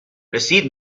رسید